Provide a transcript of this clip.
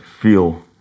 feel